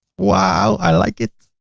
wow! i like it.